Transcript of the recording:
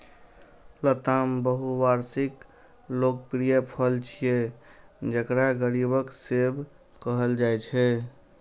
लताम बहुवार्षिक लोकप्रिय फल छियै, जेकरा गरीबक सेब कहल जाइ छै